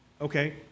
Okay